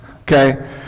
Okay